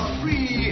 free